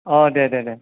दे दे दे